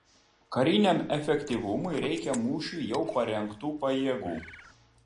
kariniam efektyvumui reikia mūšiui jau parengtų pajėgų